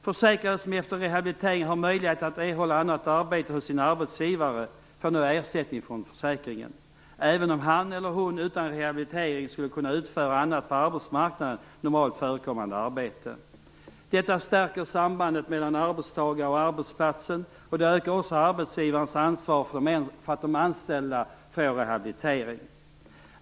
Försäkrade som efter rehabilitering har möjlighet att erhålla annat arbete hos sin arbetsgivare får nu ersättning från försäkringen, även om han eller hon utan rehabilitering skulle kunna utföra annat på arbetsmarknaden normalt förekommande arbete. Detta stärker sambandet mellan arbetstagaren och arbetsplatsen. Det ökar också arbetsgivarens ansvar för att ge de anställda rehabilitering.